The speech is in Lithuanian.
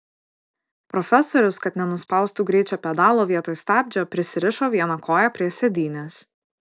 profesorius kad nenuspaustų greičio pedalo vietoj stabdžio prisirišo vieną koją prie sėdynės